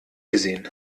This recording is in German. gesehen